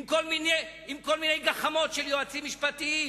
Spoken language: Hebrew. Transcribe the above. עם כל מיני גחמות של יועצים משפטיים